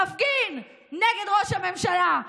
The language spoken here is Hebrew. מפגין נגד ראש הממשלה,